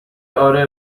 اره